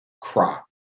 crop